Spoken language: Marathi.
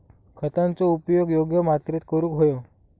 खतांचो उपयोग योग्य मात्रेत करूक व्हयो